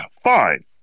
Fine